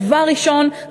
דבר ראשון,